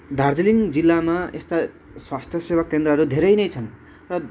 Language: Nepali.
दार्जिलिङ जिल्लामा यस्ता स्वास्थ्य सेवा केन्द्रहरू धेरै नै छन् र